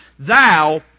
Thou